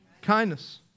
kindness